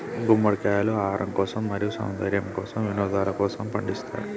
గుమ్మడికాయలు ఆహారం కోసం, మరియు సౌందర్యము కోసం, వినోదలకోసము పండిస్తారు